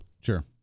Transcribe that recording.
Sure